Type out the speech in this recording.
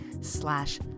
slash